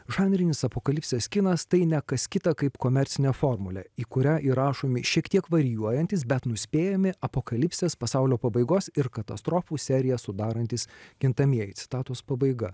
žanrinis apokalipsės kinas tai ne kas kita kaip komercinė formulė į kurią įrašomi šiek tiek varijuojantys bet nuspėjami apokalipsės pasaulio pabaigos ir katastrofų seriją sudarantys kintamieji citatos pabaiga